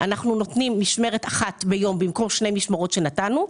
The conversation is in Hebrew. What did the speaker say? נותנים משמרת אחת ביום במקום שתי משמרות שנתנו,